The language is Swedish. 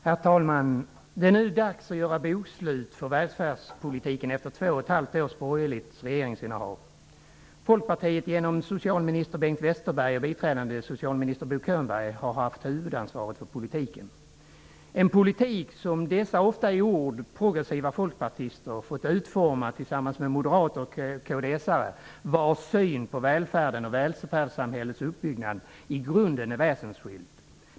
Herr talman! Det är nu dags att göra bokslut för välfärdspolitiken efter två och ett halvt års borgerligt regeringsinnehav. Folkpartiet har genom socialminister Bengt Westerberg och biträdande socialminister Bo Könberg haft huvudansvaret för politiken. Det har varit en politik som dessa i ord ofta progressiva folkpartister fått utforma tillsammans med moderater och kds:are, vars syn på välfärden och välfärdssamhällets uppbyggnad i grunden är väsensskild från folkpartisternas.